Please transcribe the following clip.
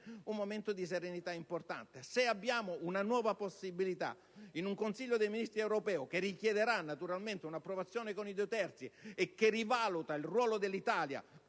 un momento di serenità importante. Abbiamo una nuova possibilità nel Consiglio dei ministri europeo, che richiederà naturalmente un'approvazione con i due terzi, che riconosce all'Italia